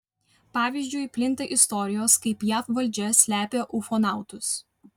pavyzdžiui plinta istorijos kaip jav valdžia slepia ufonautus